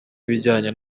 ibijyanye